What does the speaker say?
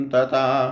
Tata